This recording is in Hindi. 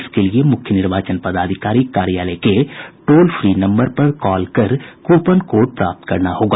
इसके लिए मुख्य निर्वाचन पदाधिकारी कार्यालय के टोल फ्री नम्बर पर कॉल कर कूपन कोड प्राप्त करना होगा